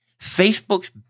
Facebook's